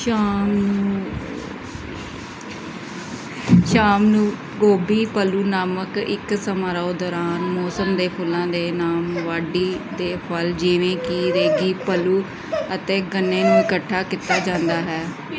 ਸ਼ਾਮ ਨੂੰ ਸ਼ਾਮ ਨੂੰ ਗੋਭੀ ਪੱਲੂ ਨਾਮਕ ਇੱਕ ਸਮਾਰੋਹ ਦੌਰਾਨ ਮੌਸਮ ਦੇ ਫੁੱਲਾਂ ਦੇ ਨਾਲ ਵਾਢੀ ਦੇ ਫਲ ਜਿਵੇਂ ਕਿ ਰੇਗੀ ਪੱਲੂ ਅਤੇ ਗੰਨੇ ਨੂੰ ਇਕੱਠਾ ਕੀਤਾ ਜਾਂਦਾ ਹੈ